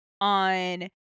on